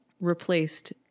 replaced